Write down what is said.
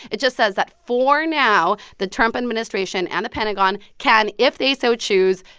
it just says that, for now, the trump administration and the pentagon can, if they so choose,